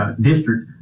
district